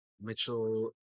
Mitchell